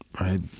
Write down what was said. Right